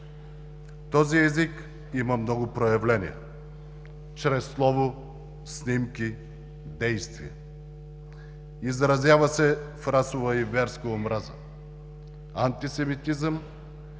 Този език има много проявления – чрез слово, снимки, действия. Изразява се в расова и верска омраза, антисемитизъм